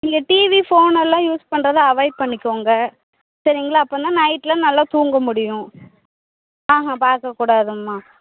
நீங்கள் டிவி ஃபோனெல்லாம் யூஸ் பண்றதை அவாய்ட் பண்ணிக்கங்க சேரிங்களா அப்படின்னா நைட்டுலாம் நல்லா தூங்க முடியும் ஆஹான் பார்க்க கூடாதும்மா